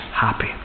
happy